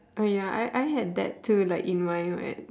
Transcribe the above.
I mean ya I I had that too like in my when